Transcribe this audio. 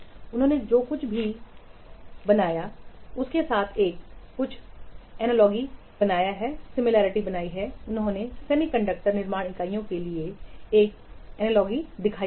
उन्होंने जो कुछ भी खींचा है उसके साथ कुछ सिमिलरिटी बनाया है उन्होंने सेमीकंडक्टर निर्माण इकाइयों के लिए एक सिमिलरिटी दिखाई गई है